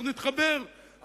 אנחנו נתחבר,